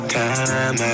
time